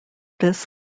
this